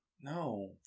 No